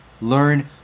learn